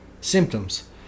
symptoms